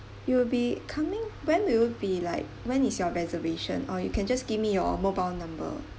you'll be coming when will you be like when is your reservation or you can just give me mobile number